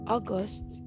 August